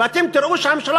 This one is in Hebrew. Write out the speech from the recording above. ואתם תראו שהממשלה,